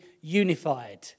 unified